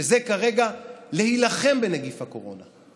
שזה כרגע להילחם בנגיף הקורונה,